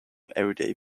everyday